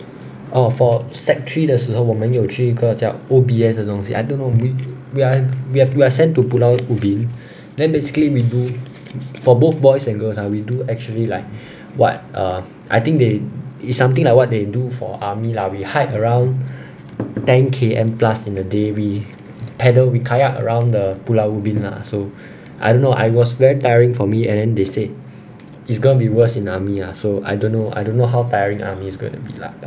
err for sec three 的时候我们有去一个叫 O_B_S 的东西 I don't know may~ ya we have lesson to pulau ubin then basically we do for both boys and girls ah we do actually like what err I think there is something like what they do for army lah we hiked around ten K_M plus in the day we pedal we kayak around the pulau ubin lah so I don't know it was very tiring for me and then they said it's gonna be worse in the army ah so I don't know I don't know how tiring army is gonna be lah like